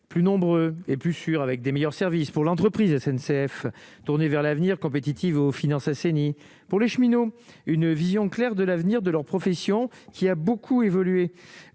plus nombreux et plus sûr, avec des meilleurs services pour l'entreprise SNCF, tourné vers l'avenir compétitives aux finances assainies pour les cheminots, une vision claire de l'avenir de leur profession qui a beaucoup évolué